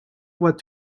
what